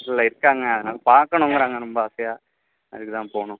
பக்கத்தில் இருக்காங்க அதனால் பார்க்குணுங்குறாங்க ரொம்ப ஆசையாக அதுக்கு தான் போகணும்